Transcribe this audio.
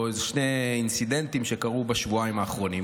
שני אינסידנטים שקרו בשבועיים האחרונים.